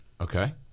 Okay